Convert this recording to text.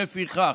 לפיכך,